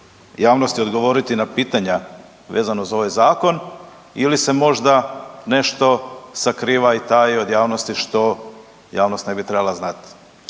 javnosti odgovoriti na pitanja vezano za ovaj zakon ili se možda nešto sakriva i taji od javnosti što javnost ne bi trebala znati.